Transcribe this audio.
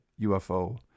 ufo